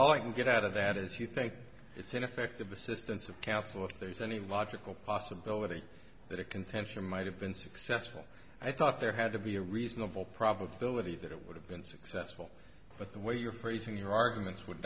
all i can get out of that is if you think it's ineffective assistance of counsel if there's any logical possibility that a contention might have been successful i thought there had to be a reasonable probability that it would have been successful but the way your phrasing your arguments would